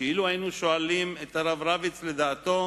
שאילו היינו שואלים את הרב רביץ לדעתו,